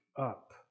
up